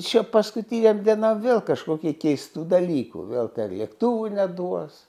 šią paskutinę dieną vėl kažkokie keistų dalykų vėl lėktuvų neduos